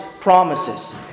promises